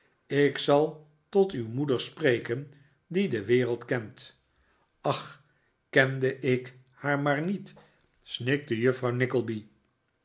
ik zal tot uw moeder spreken die de wereld kent ach kende ik ze maar niet snikte juffrouw